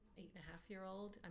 eight-and-a-half-year-old